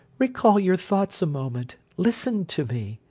recall your thoughts a moment listen to me.